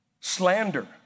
slander